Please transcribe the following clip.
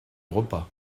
repas